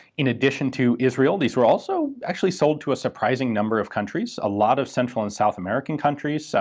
in addition to israel, these were also actually sold to a surprising number of countries. a lot of central and south american countries, so